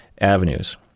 avenues